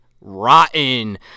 rotten